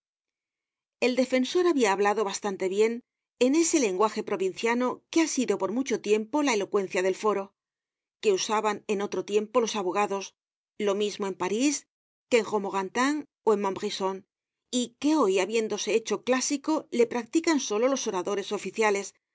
el defensor habia hablado bastante bien en ese lenguaje provinciano que ha sido por mucho tiempo la elocuencia del foro que usaban en otro tiempo los abogados lo mismo en parís que en romorantin ó en montbrison y que hoy habiéndose hecho clásico le practican solo los oradores oficiales